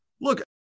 look